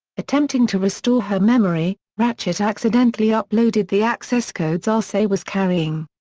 attempting to restore her memory, ratchet accidentally uploaded the access codes arcee was carrying.